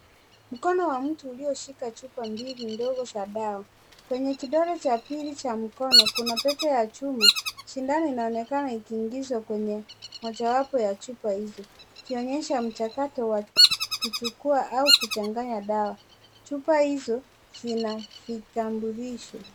Mkono wa mtu uliyoshika chupa mbili ndogo za dawa, kwenye kidole cha pili cha mkono kuna pete ya chuma, sindano inaonekana ikiingizwa kwenye mojawapo ya chupa hizo, ikionyesha mchakato wa kuchukua au kuchanganya dawa, chupa hizo zina vitambulisho.